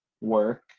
work